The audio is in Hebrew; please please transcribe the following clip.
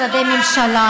אבל זה לא הנושא.